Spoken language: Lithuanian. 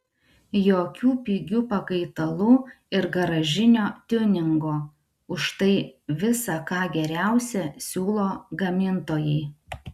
jokių pigių pakaitalų ir garažinio tiuningo užtai visa ką geriausia siūlo gamintojai